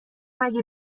اگه